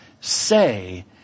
say